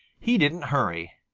he didn't hurry.